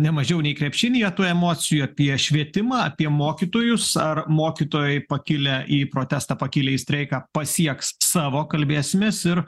nemažiau nei krepšinyje tų emocijų apie švietimą apie mokytojus ar mokytojai pakilę į protestą pakilę į streiką pasieks savo kalbėsimės ir